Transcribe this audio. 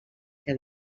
que